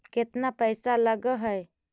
केतना पैसा लगय है?